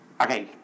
Okay